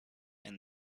and